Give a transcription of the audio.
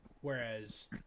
Whereas